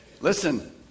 listen